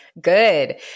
good